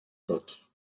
tots